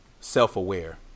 self-aware